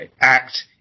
act